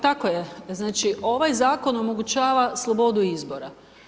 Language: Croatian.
Tako je, znači ovaj zakon omogućava slobodu izbora.